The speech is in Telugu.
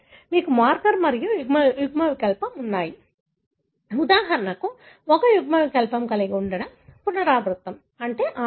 మీకు మార్కర్ మరియు యుగ్మవికల్పం ఉన్నాయి ఉదాహరణకు ఒక యుగ్మవికల్పం కలిగి ఉండటం పునరావృతం అంటే 6